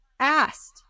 asked